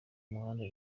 muhanda